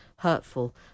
Hurtful